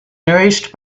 nourished